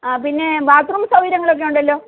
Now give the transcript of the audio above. ആ പിന്നെ bathroom സൗകര്യങ്ങളൊക്കെ ഉണ്ടല്ലോ